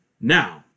Now